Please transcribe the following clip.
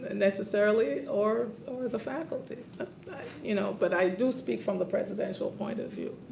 and necessarily or or the faculty you know but i do speak from the presidential point of view.